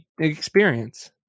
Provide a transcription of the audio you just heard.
experience